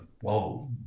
whoa